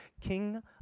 King